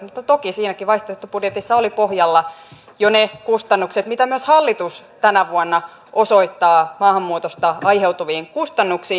mutta toki siinäkin vaihtoehtobudjetissa oli pohjalla jo ne kustannukset mitä myös hallitus tänä vuonna osoittaa maahanmuutosta aiheutuviin kustannuksiin